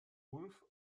ulf